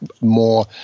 more